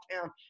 town